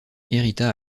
hérita